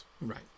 Right